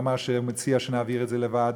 והוא אמר שהוא מציע שנעביר את זה לוועדה.